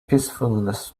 peacefulness